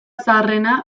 zaharrena